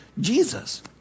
Jesus